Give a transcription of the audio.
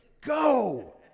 go